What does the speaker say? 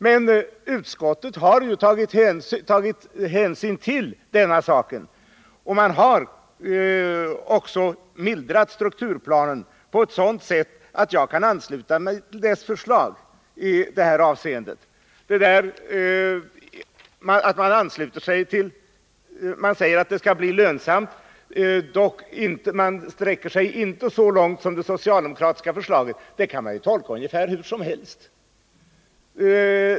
Men utskottet har också mildrat strukturplanen på ett sådant sätt att jag kan ansluta mig till dess förslag i det här avseendet. Man säger att det skall bli lönsamt men sträcker sig inte så långt som det socialdemokratiska förslaget. Det kan man tolka ungefär hur som helst.